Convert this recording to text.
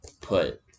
put